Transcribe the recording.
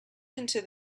into